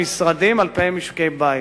למשרדים על פני משקי-בית,